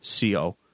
CO